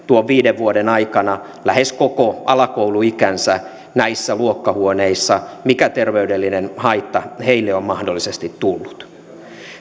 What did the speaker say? noiden viiden vuoden aikana lähes koko alakouluikänsä näissä luokkahuoneissa mikä terveydellinen haitta heille on mahdollisesti tullut